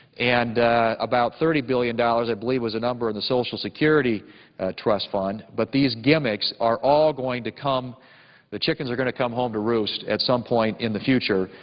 and about about thirty billion dollars i believe was the number in the social security trust fund, but these gimmicks are all going to come the chickens are going to come home to roost at some point in the future,